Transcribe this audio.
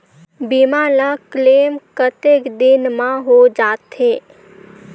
बीमा ला क्लेम कतेक दिन मां हों जाथे?